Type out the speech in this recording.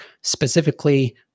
specifically